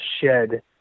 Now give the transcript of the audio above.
shed